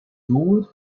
ruled